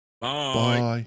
Bye